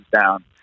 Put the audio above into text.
down